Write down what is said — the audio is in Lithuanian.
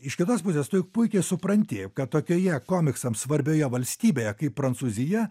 iš kitos pusės tu juk puikiai supranti kad tokioje komiksams svarbioje valstybėje kaip prancūzija